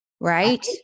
right